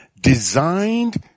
designed